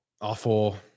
awful